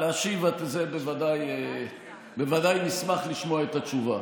להשיב, בוודאי נשמח לשמוע את התשובה.